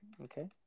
Okay